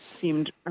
seemed